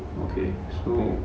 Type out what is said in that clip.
okay so